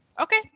Okay